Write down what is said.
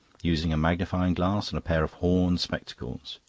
using a magnifying glass and a pair of horn spectacles.